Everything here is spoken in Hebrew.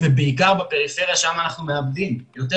על